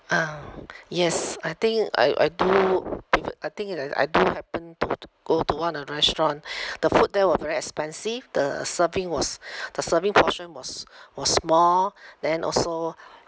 uh yes I think I I do I think I I do happen to go to one of the restaurant the food there were very expensive the serving was the serving portion was was small then also